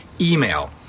email